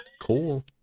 Cool